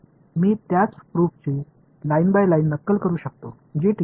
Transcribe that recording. तर मी त्याच प्रूफची लाईन बाय लाईन नक्कल करू शकतो जी टिकेल